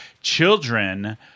children